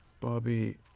Bobby